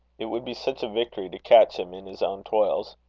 it would be such a victory to catch him in his own toils.